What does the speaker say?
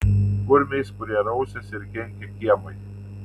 kurmiais kurie rausiasi ir kenkia kiemui